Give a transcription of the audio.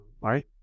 right